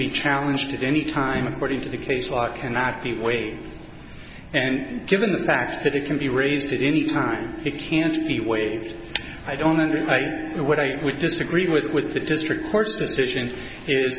be challenged at any time according to the case law can act the way and given the fact that it can be raised to any time it can be waived i don't under the what i would disagree with with the district court's decision is